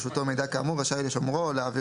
לחוק העיקרי, במקום "רב החובל של אניה